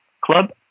club